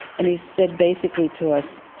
and he said basically to us,